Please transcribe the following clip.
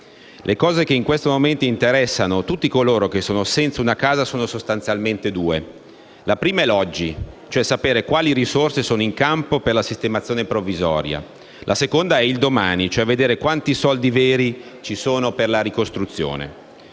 Le cose che in questo momento interessano tutti coloro che sono senza una casa sono sostanzialmente due. La prima riguarda l'oggi, cioè sapere quali risorse sono in campo per la sistemazione provvisoria; la seconda concerne il domani, cioè vedere quanti soldi veri ci sono per la ricostruzione.